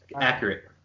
Accurate